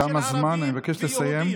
תם הזמן, אני מבקש לסיים.